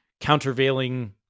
countervailing